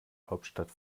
hauptstadt